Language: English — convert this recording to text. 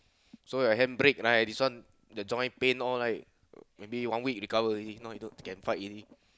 so he hand brake right this one the joint pain all like maybe one week recover already then now he can fight already